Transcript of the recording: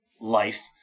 life